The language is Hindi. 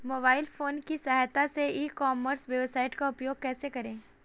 मोबाइल फोन की सहायता से ई कॉमर्स वेबसाइट का उपयोग कैसे करें?